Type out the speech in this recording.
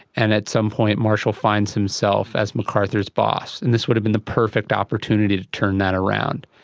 and at some point marshall finds himself as macarthur's boss, and this would have been the perfect opportunity to turn that around.